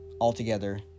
altogether